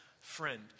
friend